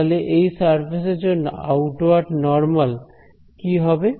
তাহলে এই সারফেস এর জন্য আউটওয়ার্ড নরমাল কি হবে